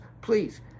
Please